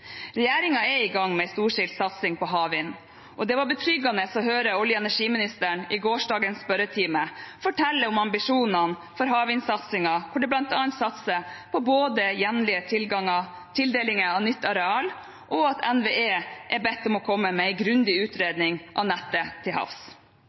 er i gang med en storstilt satsing på havvind, og det var betryggende å høre olje- og energiministeren i gårsdagens spørretime fortelle om ambisjonene for havvindsatsingen, hvor det bl.a. satses på både hjemlige tildelinger av nytt areal, og at NVE er bedt om å komme med en grundig